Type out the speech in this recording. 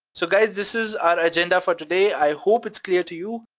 so guys, this is our agenda for today, i hope it's clear to you.